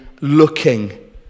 looking